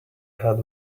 had